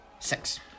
six